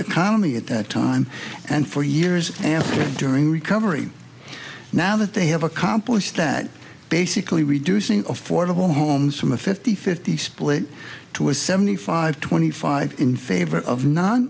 economy at the time and for years and during recovery now that they have accomplished that basically reducing affordable homes from a fifty fifty split to a seventy five twenty five in favor of no